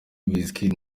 wizkid